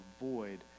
avoid